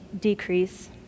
decrease